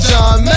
John